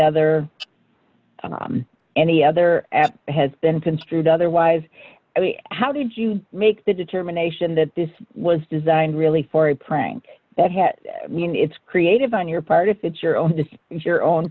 other any other app has been construed otherwise how did you make the determination that this was designed really for a prank that had mean it's creative on your part if it's your own your own